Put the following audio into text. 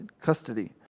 custody